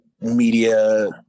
media